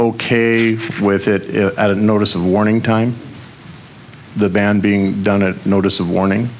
ok with it at a notice of warning time the ban being done it notice of warning